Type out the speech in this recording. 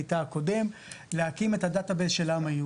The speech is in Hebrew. לשר העלייה והקליטה הקודם,